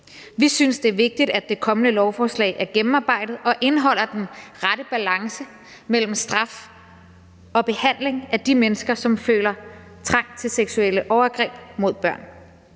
Vi synes, det er vigtigt, at det kommende lovforslag er gennemarbejdet og indeholder den rette balance mellem straf og behandling af de mennesker, som føler trang til seksuelle overgreb mod børn.